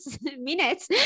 minutes